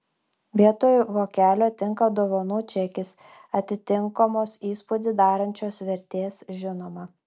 vietoj vokelio tinka dovanų čekis atitinkamos įspūdį darančios vertės žinoma